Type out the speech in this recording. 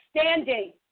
standing